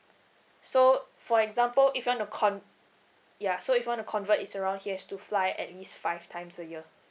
so for example if you want to con~ ya so if you want to convert his around he has to fly at least five times a year